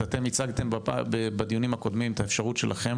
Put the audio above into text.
אתם הצגתם בדיונים הקודמים את האפשרות שיש לכם,